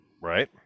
Right